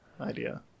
idea